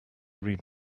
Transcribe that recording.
read